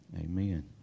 Amen